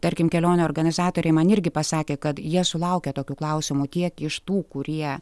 tarkim kelionių organizatoriai man irgi pasakė kad jie sulaukia tokių klausimų tiek iš tų kurie